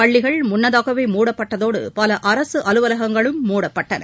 பள்ளிகள் முன்னதாகவே மூடப்பட்டதோடு பல அரசு அலுவலகங்களும் மூடப்பட்டன